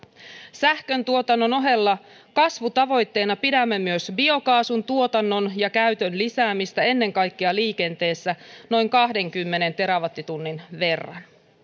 sähkön tuotannon ohella kasvutavoitteena pidämme myös biokaasun tuotannon ja käytön lisäämistä ennen kaikkea liikenteessä noin kahdenkymmenen terawattitunnin verran